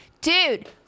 dude